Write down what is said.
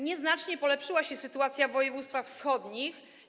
Nieznacznie polepszyła się sytuacja w województwach wschodnich.